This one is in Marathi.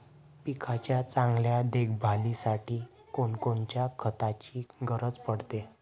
पिकाच्या चांगल्या देखभालीसाठी कोनकोनच्या खताची गरज पडते?